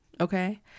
okay